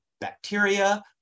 bacteria